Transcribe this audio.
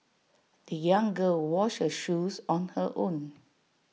the young girl washed her shoes on her own